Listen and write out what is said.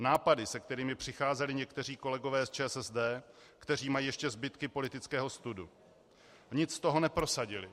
Nápady se kterými přicházeli někteří kolegové z ČSSD, kteří mají ještě zbytky politického studu, nic z toho neprosadili.